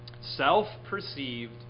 Self-perceived